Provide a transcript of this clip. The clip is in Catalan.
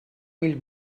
mil